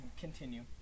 continue